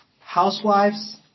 housewives